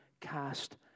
cast